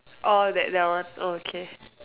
orh that that one oh okay